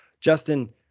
Justin